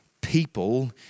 people